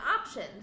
options